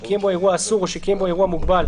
שקיים בו אירוע אסור או שקיים בו אירוע מוגבל,